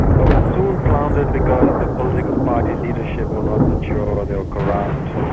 but it soon foundered, because the political party leadership were not mature, they were corrupt,